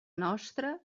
nostra